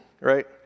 right